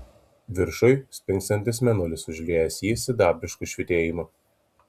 viršuj spingsantis mėnulis užliejęs jį sidabrišku švytėjimu